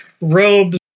robes